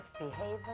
misbehaving